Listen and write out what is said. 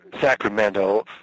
Sacramento